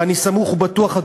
ואני סמוך ובטוח,